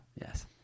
Yes